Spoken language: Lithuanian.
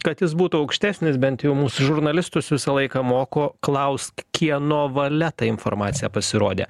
kad jis būtų aukštesnis bent jau mūsų žurnalistus visą laiką moko klausk kieno valia ta informacija pasirodė